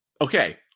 Okay